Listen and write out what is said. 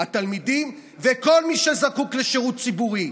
התלמידים וכל מי שזקוק לשירות ציבורי.